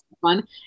Fun